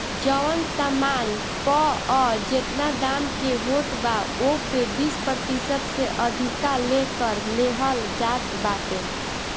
जवन सामान पअ जेतना दाम के होत बा ओपे बीस प्रतिशत से अधिका ले कर लेहल जात बाटे